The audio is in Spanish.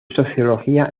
sociología